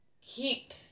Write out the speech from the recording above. keep